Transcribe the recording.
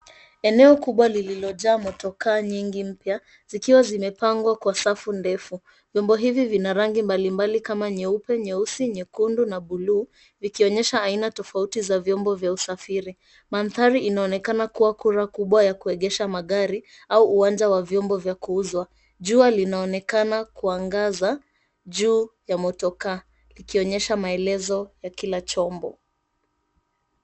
Eneo kubwa lililojaa motokaa nyingi mpya zikiwa zimepangwa kwa safu ndefu. Vyombo hivi vina rangi mbalimbali kama vile nyeupe, nyeusi, nyekundu na buluu vikionyesha aina tofauti za vyombo vya usafiri. Maanthari inaonekana kuwa kura kubwa ya kuegesha magari au uwanja wa vyombo vya kuuzwa. Jua linaonekana kuangaza juu ya motokaa likionyesha maelezo ya kila chombo.